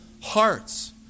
hearts